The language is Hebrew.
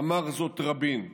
אמר רבין.